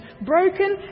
broken